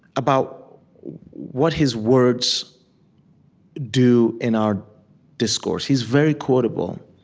about what his words do in our discourse. he's very quotable,